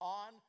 on